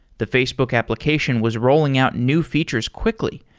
the facebook application was ro lling out new features quickly,